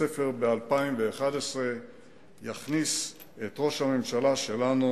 והספר ב-2011 יכניס את ראש הממשלה שלנו